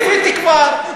הבאתי כבר.